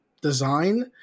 design